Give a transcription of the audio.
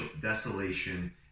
desolation